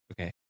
Okay